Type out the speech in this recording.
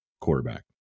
quarterback